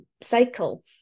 cycle